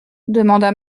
demanda